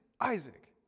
Isaac